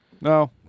No